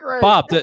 Bob